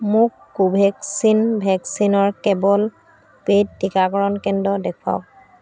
মোক কোভেক্সিন ভেকচিনৰ কেৱল পেইড টিকাকৰণ কেন্দ্ৰ দেখুৱাওক